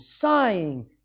sighing